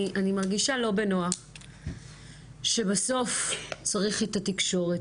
אני מרגישה לא בנוח שבסוף צריך את התקשורת